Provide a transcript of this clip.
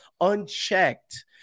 unchecked